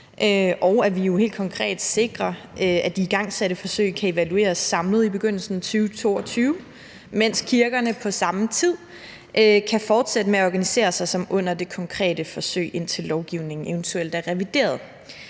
at det jo helt konkret sikres, at de igangsatte forsøg kan evalueres samlet i begyndelsen af 2022, mens kirkerne på samme tid kan fortsætte med at organisere sig som under det konkrete forsøg, indtil lovgivningen eventuelt er revideret.